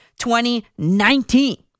2019